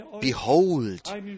Behold